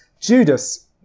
Judas